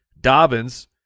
Dobbins